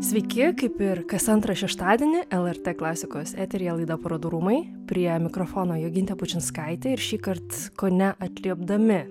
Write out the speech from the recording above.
sveiki kaip ir kas antrą šeštadienį lrt klasikos eteryje laida parodų rūmai prie mikrofono jogintė bučinskaitė ir šįkart kone atliepdami